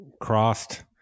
crossed